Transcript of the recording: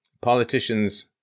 politicians